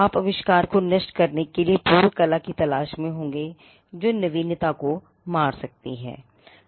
आप आविष्कार को नष्ट करने के लिए पूर्व कला की तलाश में होंगे जो नवीनता को मार सकती है